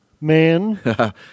Man